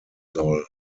soll